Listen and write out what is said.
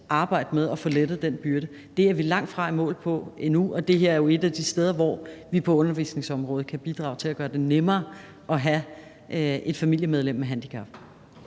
arbejde med at få lettet den byrde. Det er vi langtfra i mål med endnu, og det her er jo et af de steder, hvor vi på undervisningsområdet kan bidrage til at gøre det nemmere at have et familiemedlem med handicap.